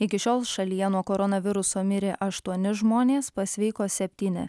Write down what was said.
iki šiol šalyje nuo koronaviruso mirė aštuoni žmonės pasveiko septyni